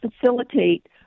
facilitate